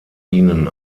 ihnen